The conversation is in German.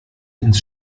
ins